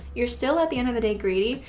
you're still, at the end of the day, greedy.